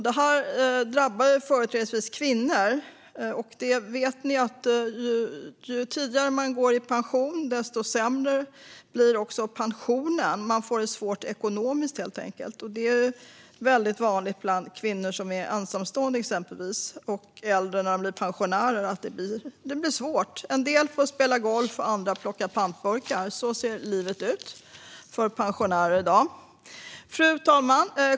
Det här drabbar företrädesvis kvinnor, och vi vet att ju tidigare man går i pension, desto sämre blir pensionen. Man får det helt enkelt svårt ekonomiskt. Det är väldigt vanligt exempelvis bland ensamstående kvinnor. Det blir svårt när de blir äldre och pensionärer. En del får spela golf, och andra får plocka pantburkar. Så ser livet ut för pensionärer i dag. Fru talman!